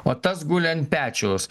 o tas guli ant pečiaus